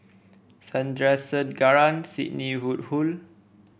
Sandrasegaran Sidney Woodhull